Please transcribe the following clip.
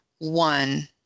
One